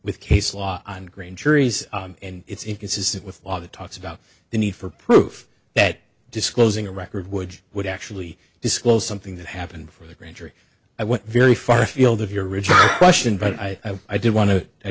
with case law on grand juries and it's inconsistent with law that talks about the need for proof that disclosing a record would would actually disclose something that happened for the grand jury i went very far afield of your original question but i i did want to i